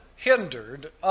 hindered